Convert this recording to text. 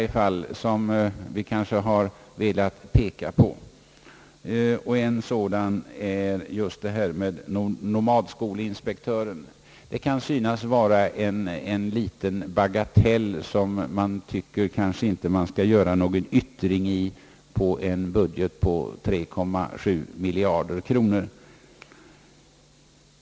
En sådan är frågan om nomadskolinspektören. Detta kan synas vara en bagatell, som man inte skall ta upp i samband med en budget på 3,7 miljarder kronor.